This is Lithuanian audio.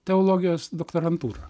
teologijos doktorantūra